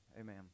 Amen